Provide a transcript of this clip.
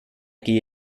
gehe